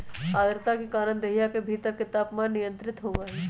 आद्रता के कारण देहिया के भीतर के तापमान नियंत्रित होबा हई